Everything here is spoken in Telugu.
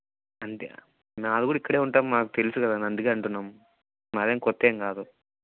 అంటే నాది కూడా ఇక్కడే ఉంటాం మాకు తెలుసు కదన్న అందుకని అంటున్నాం మాదేం కొత్త ఏమి కాదు